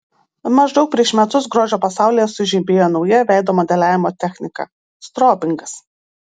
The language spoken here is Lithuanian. maždaug prieš metus grožio pasaulyje sužibėjo nauja veido modeliavimo technika strobingas